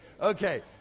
Okay